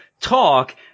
talk